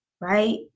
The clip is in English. right